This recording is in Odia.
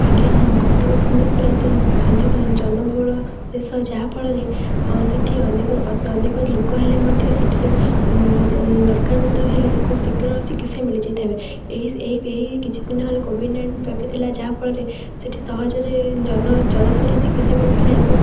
ଆଜ୍ଞା ହଁ କଟକ ଭୁବନେଶ୍ୱର ଆଦି ଅଧିକ ଜନବହୁଳ ଦେଶ ଯାହାଫଳରେ ସେଠି ଅନେକ ଅନେକ ଲୋକ ହେଲେ ମଧ୍ୟ ସେଠାରେ ଦରକାର ମୁକ୍ତ ହେଲେ ଖୁବ ଶୀଘ୍ର ଚିକିତ୍ସା ମିଳିଯାଇଥାଏ ଏହି କିଛି ଦିନ ହେଲେ କୋଭିଡ଼ ନାଇଣ୍ଟିନ୍ ବ୍ୟାପି ଥିଲା ଯାହାଫଳରେ ସେଠି ସହଜରେ ଜନ ଜନସାଧାରଣ ଚିକିତ୍ସା ମିଳିଥିଲା ଏବଂ